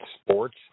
sports